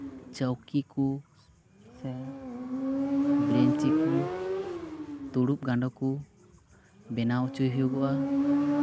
ᱪᱟᱹᱣᱠᱤ ᱠᱚ ᱥᱮ ᱵᱮᱧᱪᱤ ᱠᱚ ᱛᱩᱲᱩᱠ ᱜᱟᱱᱰᱳ ᱠᱚᱵᱮᱱᱟᱣ ᱦᱚᱪᱚᱭ ᱦᱩᱭᱩᱜᱚᱜᱼᱟ